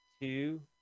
two